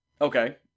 Okay